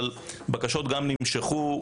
אבל בקשות גם נמשכו,